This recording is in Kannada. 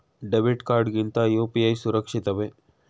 ಡೆಬಿಟ್ ಕಾರ್ಡ್ ಗಿಂತ ಯು.ಪಿ.ಐ ಸುರಕ್ಷಿತವೇ?